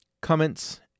comments